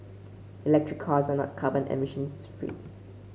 electric cars are not carbon emissions free